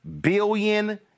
billion